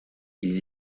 ils